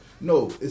No